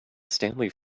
stanley